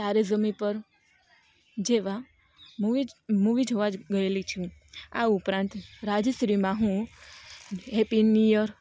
તારે ઝમીં પર જેવાં મૂવી જોવાં ગએલી છું આ ઉપરાંત રાજશ્રીમાં હું હેપી ન્યુ યર